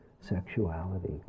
sexuality